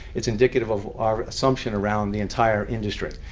it's indicative of our assumption around the entire industry.